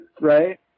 right